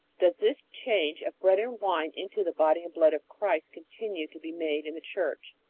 does this change of bread and wine into the body and blood of christ continue to be made in the church?